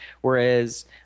whereas